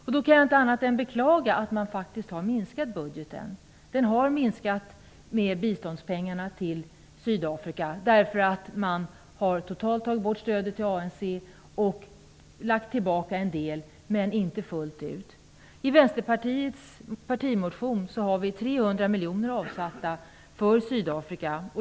Jag kan inte annat än beklaga att man faktiskt har minskat budgeten. Biståndet till Sydafrika har minskat, stödet till ANC har helt tagits bort. Man har lagt tillbaka en del, men inte allt. I Vänsterpartiets partimotion har vi föreslagit att 300 miljoner avsätts för Sydafrika.